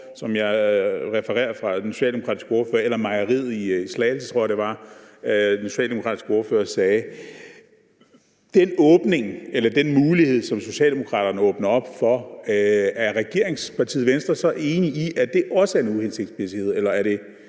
– refereret fra den socialdemokratiske ordfører – eller mejeriet i Slagelse, tror jeg var det den socialdemokratiske ordfører sagde. I forhold til den åbning eller mulighed, som Socialdemokraterne åbner op for, er regeringspartiet Venstre så enig i, at det også er en uhensigtsmæssighed, og er det